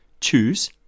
choose